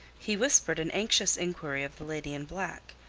he whispered an anxious inquiry of the lady in black,